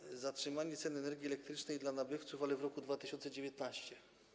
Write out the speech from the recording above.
Chodzi o zatrzymanie cen energii elektrycznej dla nabywców, ale w roku 2019.